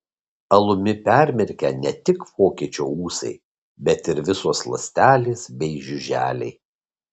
alumi permirkę ne tik vokiečio ūsai bet ir visos ląstelės bei žiuželiai